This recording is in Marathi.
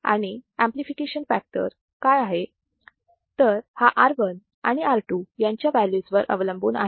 आणि अंपलिफिकेशन फॅक्टर काय आहे तर हा R1 आणि R2 यांच्या व्हॅल्यूज वर अवलंबून आहे